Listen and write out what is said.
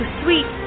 sweet